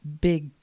big